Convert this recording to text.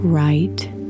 right